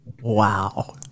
Wow